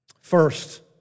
First